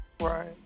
Right